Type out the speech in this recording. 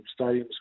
Stadiums